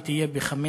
והיא תהיה ב-05:10.